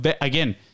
again